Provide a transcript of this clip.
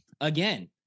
again